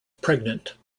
pregnant